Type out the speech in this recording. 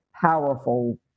powerful